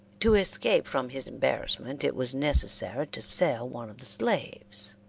to escape from his embarrassment it was necessary to sell one of the slaves.